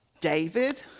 David